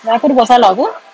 aku ada buat salah ke